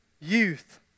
youth